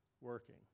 working